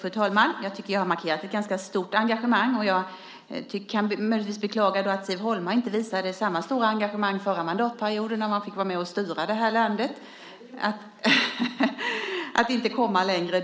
Fru talman! Jag tycker att jag har markerat ett ganska stort engagemang. Jag kan möjligtvis beklaga att Siv Holma inte visade samma stora engagemang och inte kom längre under den förra mandatperioden när man fick vara med och styra det här landet. Det är förvisso